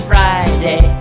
Friday